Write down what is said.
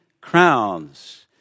crowns